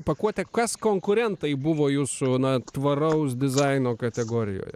pakuote kas konkurentai buvo jūsų na tvaraus dizaino kategorijoje